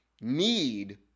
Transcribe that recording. need